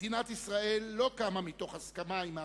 מדינת ישראל לא קמה מתוך הסכמה עם הערבים,